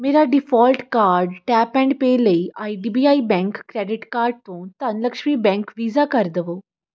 ਮੇਰਾ default card tap and pay ਲਈ I D B I bank credit card ਤੋਂ Dhan Lakshmi bank Visa ਕਰ ਦੇਵੋ